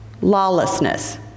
lawlessness